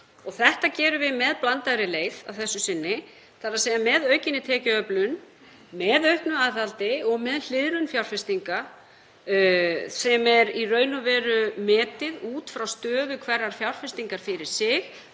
Þetta gerum við með blandaðri leið að þessu sinni, þ.e. með aukinni tekjuöflun, með auknu aðhaldi og með hliðrun fjárfestinga, sem er í raun metið út frá stöðu hverrar fjárfestingar fyrir sig